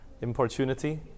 Importunity